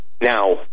Now